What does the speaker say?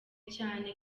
cyane